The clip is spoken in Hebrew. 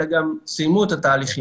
אלא גם סיימו את התהליכים.